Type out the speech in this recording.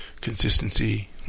consistency